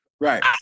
Right